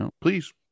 please